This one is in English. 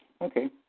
Okay